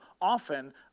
often